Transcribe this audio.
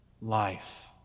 life